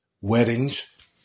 Weddings